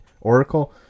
Oracle